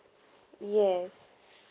yes